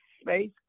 space